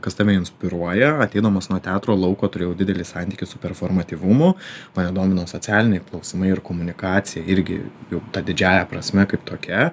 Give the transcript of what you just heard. kas tave inspiruoja ateidamas nuo teatro lauko turėjau didelį santykį su performatyvumu mane domino socialiniai klausimai ir komunikacija irgi jau ta didžiąja prasme kaip tokia